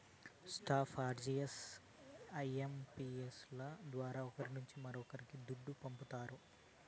NEFT, RTGS, IMPS ల ద్వారా ఒకరి నుంచి మరొక్కరికి దుడ్డు పంపతారు